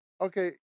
Okay